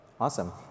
Awesome